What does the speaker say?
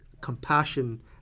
compassion